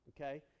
okay